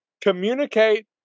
communicate